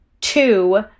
Two